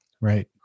Right